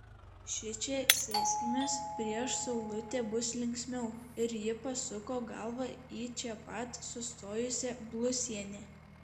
šičia sėskimės prieš saulutę bus linksmiau ir ji pasuko galvą į čia pat sustojusią blusienę